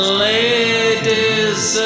ladies